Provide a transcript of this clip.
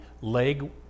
leg